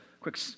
quick